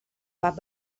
pap